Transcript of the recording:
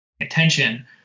attention